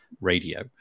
radio